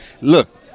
Look